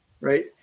Right